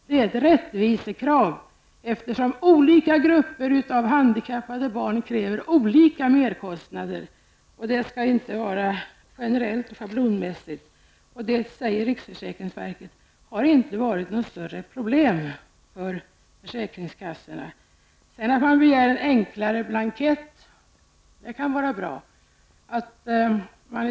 Det är ett rättvisekrav, eftersom olika grupper av handikappade barn drar olika merkostnader. Det bör därför inte vara en schablonersättning. Riksförsäkringsverket säger att detta inte är något större problem för försäkringskassorna. Att man begär en enklare blankett kan naturligtvis vara berättigat.